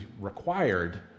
required